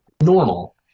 normal